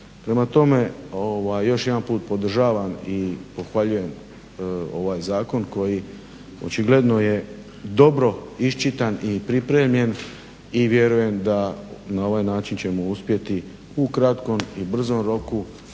Prema tome, još jedanput podržavam i pohvaljujem ovaj zakon koji očigledno je dobro iščitan i pripremljen i vjerujem da na ovaj način ćemo uspjeti u kratkom i brzom roku